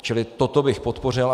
Čili toto bych podpořil.